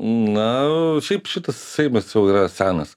na šiaip šitas seimas jau yra senas